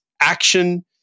action